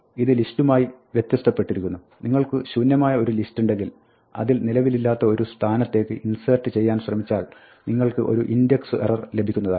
ഇത് ലിസ്റ്റുമായി വ്യത്യസ്തപ്പെട്ടിരിക്കുന്നു നിങ്ങൾക്ക് ഒരു ശൂന്യമായ ലിസ്റ്റുണ്ടെങ്കിൽ അതിൽ നിലവിലില്ലാത്ത ഒരു സ്ഥാനത്തേക്ക് ഇൻസേർട്ട് ചെയ്യാൻ ശ്രമിച്ചാൽ നിങ്ങൾക്ക് ഒരു index error ലഭിക്കുന്നതാണ്